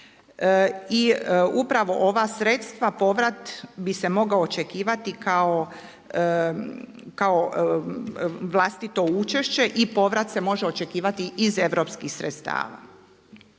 I upravo ova sredstva povrat bi se mogao očekivati kao vlastito učešće i povrat se može očekivati iz europskih sredstava.